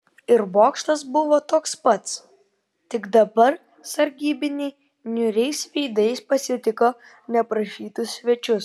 ir bokštas buvo toks pats tik dabar sargybiniai niūriais veidais pasitiko neprašytus svečius